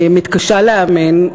אני מתקשה להאמין,